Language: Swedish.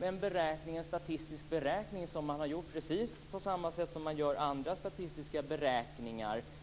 Det är en statistisk beräkning som man har gjort precis på samma sätt som man gör andra statistiska beräkningar.